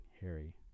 Harry